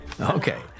Okay